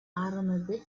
арӑмӗпе